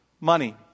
Money